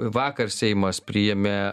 vakar seimas priėmė